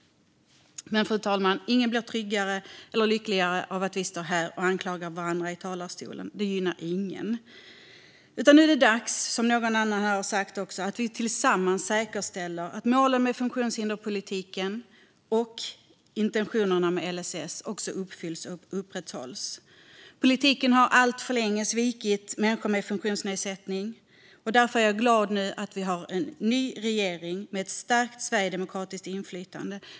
Fru talman! Ingen blir tryggare eller lyckligare av att vi står här i talarstolen och anklagar varandra. Det gynnar ingen. Nu är det dags, som någon annan här också har sagt, att vi tillsammans säkerställer att målen för funktionshinderspolitiken och intentionerna med LSS uppfylls och upprätthålls. Politiken har alltför länge svikit människor med funktionsnedsättning. Därför är jag glad att vi nu har en ny regering med ett starkt sverigedemokratiskt inflytande.